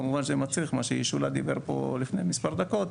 כמובן שזה מצריך את מה שישולה דיבר עליו לפני מספר דקות,